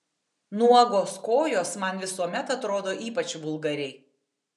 nuogos kojos man visuomet atrodo ypač vulgariai